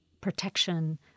protection